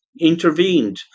intervened